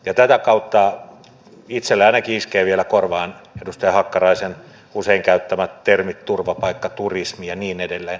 tätä kautta itselläni ainakin iskee vielä korvaan edustaja hakkaraisen usein käyttämä termi turvapaikkaturismi ja niin edelleen